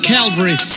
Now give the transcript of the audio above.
Calvary